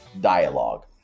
dialogue